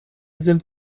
sind